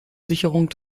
sicherung